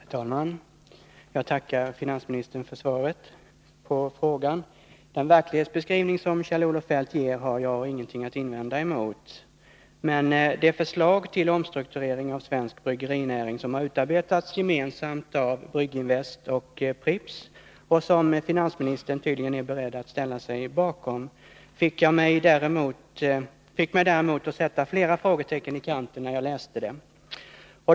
Herr talman! Jag tackar finansministern för svaret på frågan. Den verklighetsbeskrivning som Kjell-Olof Feldt ger har jag ingenting att invända mot, men det förslag till omstrukturering av svensk bryggerinäring som har utarbetats gemensamt av Brygginvest och Pripps och som finansministern tydligen är beredd att ställa sig bakom fick mig däremot att sätta flera frågetecken i kanten när jag läste det.